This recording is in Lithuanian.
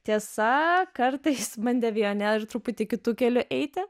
tiesa kartais bandė vijonė ir truputį kitu keliu eiti